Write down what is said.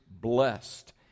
Blessed